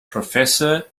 professor